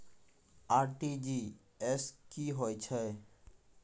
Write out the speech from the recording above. RTGS की होय छै?